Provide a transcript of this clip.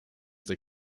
der